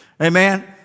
Amen